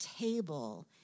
table